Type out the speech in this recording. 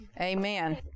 Amen